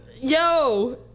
yo